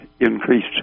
increased